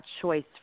choice